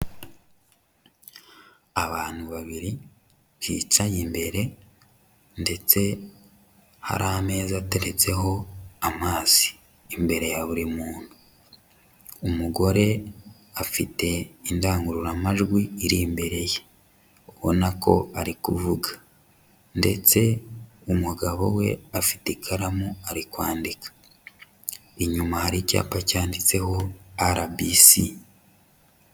Abantu babiri bicaye imbere ndetse hari ameza ateretseho amazi imbere ya buri muntu, umugore afite indangururamajwi iri imbere ye, ubona ko ari kuvuga ndetse umugabo we afite ikaramu ari kwandika, inyuma hari icyapa cyanditseho RBC.